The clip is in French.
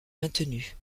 maintenues